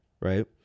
right